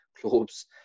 clubs